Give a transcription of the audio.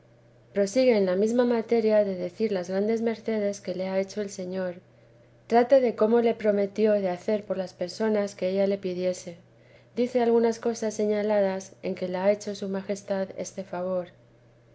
en la mesma materia de decir las grandes mercedes que le ha hecho el señor trata de cómo le prometió de hacer por las personas que ella le pidiese dice algunas cosas señaladas en que la ha hecho su alajestad este favor